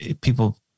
people